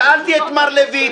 שאלתי את מר לויט.